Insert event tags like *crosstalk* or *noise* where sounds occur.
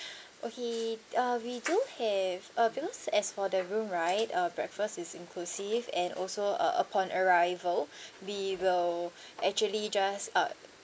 *breath* okay uh we do have uh because as for the room right uh breakfast is inclusive and also uh upon arrival *breath* we will *breath* actually just uh